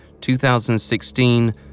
2016